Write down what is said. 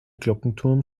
glockenturm